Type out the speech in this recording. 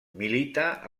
milita